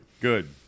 Good